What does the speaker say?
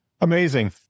Amazing